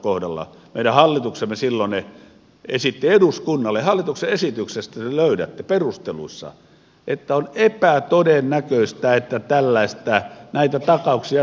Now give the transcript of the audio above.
meidän hallituksemme silloinen esitti eduskunnalle että hallituksen esityksestä perusteluista te löydätte että on epätodennäköistä että näitä takauksia tarvitaan